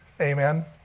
amen